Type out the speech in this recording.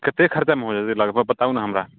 कते खरचामे हो जेतै लगभग बताउ ने हमरा